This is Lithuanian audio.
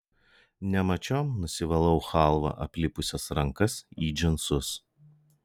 nemačiom nusivalau chalva aplipusias rankas į džinsus